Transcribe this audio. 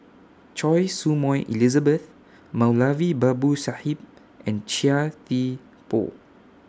Choy Su Moi Elizabeth Moulavi Babu Sahib and Chia Thye Poh